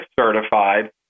certified